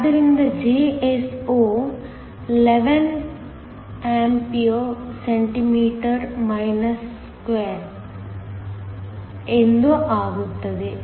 ಆದ್ದರಿಂದ Jso 11 A cm 2 ಎಂದು ಆಗುತ್ತದೆ